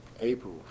April